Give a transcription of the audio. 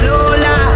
Lola